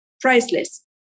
priceless